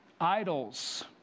idols